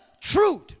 truth